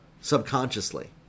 subconsciously